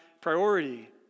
priority